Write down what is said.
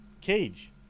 Cage